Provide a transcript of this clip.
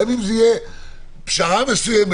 גם אם זו תהיה פשרה מסוימת,